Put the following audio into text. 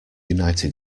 united